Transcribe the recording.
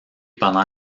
pendant